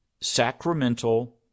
sacramental